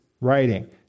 writing